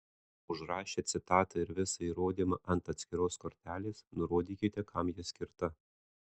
užrašę citatą ir visą įrodymą ant atskiros kortelės nurodykite kam ji skirta